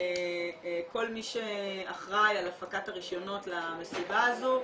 כל מי שאחראי על הפקת הרישיונות למסיבה הזאת,